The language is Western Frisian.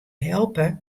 helpe